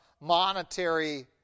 monetary